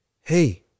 Hey